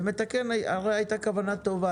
הרי הייתה כוונה טובה,